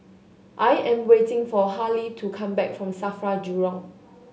I am waiting for Haley to come back from SAFRA Jurong